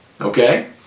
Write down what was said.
Okay